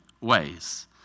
ways